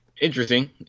interesting